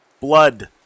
Blood